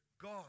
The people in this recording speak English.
God